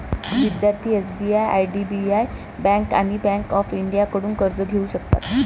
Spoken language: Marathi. विद्यार्थी एस.बी.आय आय.डी.बी.आय बँक आणि बँक ऑफ इंडियाकडून कर्ज घेऊ शकतात